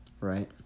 right